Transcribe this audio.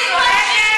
תתביישי,